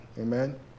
Amen